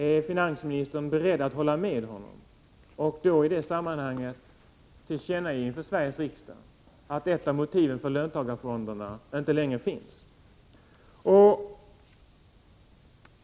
Är finansministern beredd att hålla med honom om det och i det sammanhanget tillkännage för Sveriges riksdag att ett av motiven för löntagarfonderna inte längre finns?